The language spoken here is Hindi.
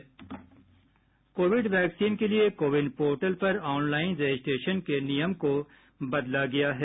कोविड वैक्सीन के लिए कोविन पोर्टल पर ऑनलाइन रजिस्ट्रेशन के नियम को बदला गया है